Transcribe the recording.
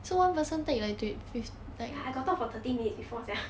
ya like I got talk for thirty minutes before sia